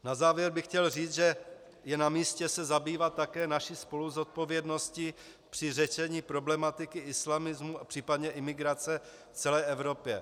Na závěr bych chtěl říct, že je namístě se zabývat také naší spoluzodpovědností při řešení problematiky islamismu a případně imigrace v celé Evropě.